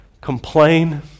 complain